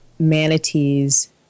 manatees